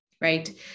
right